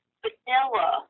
vanilla